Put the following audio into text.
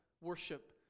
worship